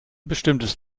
bestimmtes